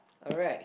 alright